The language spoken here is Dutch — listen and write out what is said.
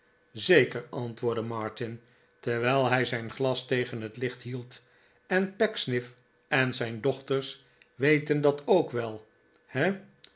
zeker antwoordde martin terwijl hij zijn glas tegen het licht hield en pecksniff en zijn dochters weten dat ook wel he